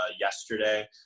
yesterday